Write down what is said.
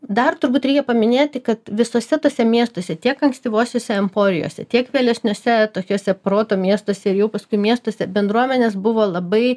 dar turbūt reikia paminėti kad visuose tuose miestuose tiek ankstyvosiose emforijose tiek vėlesniuose tokiuose proto miestuose ir jau paskui miestuose bendruomenės buvo labai